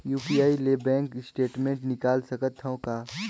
UPI ले bank statement निकाल सकत हवं का?